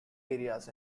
areas